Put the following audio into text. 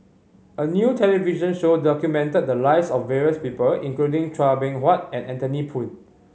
a new television show documented the lives of various people including Chua Beng Huat and Anthony Poon